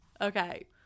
Okay